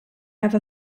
have